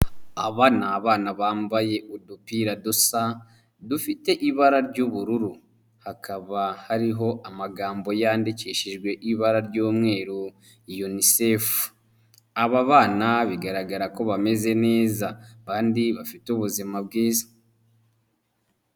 Aba ni abana bambaye udupira dusa dufite ibara ry'ubururu, hakaba hariho amagambo yandikishijwe ibara ry'umweru Unisefu, aba bana bigaragara ko bameze neza bandi bafite ubuzima bwiza.